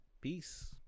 Peace